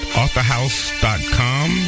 authorhouse.com